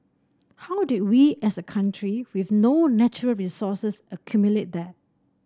how did we as a country with no natural resources accumulate that